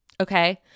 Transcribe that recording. Okay